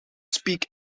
speak